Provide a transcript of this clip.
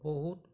বহুত